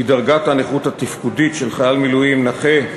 כי דרגת הנכות התפקודית של חייל מילואים נכה,